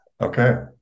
okay